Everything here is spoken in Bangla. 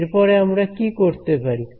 এরপরে আমরা কি করতে পারি